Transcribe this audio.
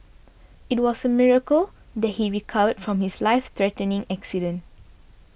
it was a miracle that he recovered from his life threatening accident